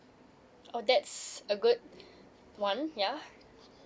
oh that's a good one ya